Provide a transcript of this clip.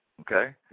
Okay